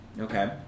Okay